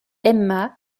emma